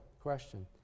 question